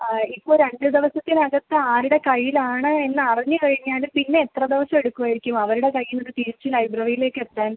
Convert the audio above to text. ആ ഇപ്പോൾ രണ്ട് ദിവസത്തിനകത്ത് ആരുടെ കയ്യിലാണ് എന്ന് അറിഞ്ഞ് കഴിഞ്ഞാൽ പിന്നെ എത്ര ദിവസം എടുക്കുവായിരിക്കും അവരുടെ കയ്യീന്ന് ഇത് തിരിച്ച് ലൈബ്രറിയിലേക്കെത്താൻ